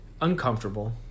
uncomfortable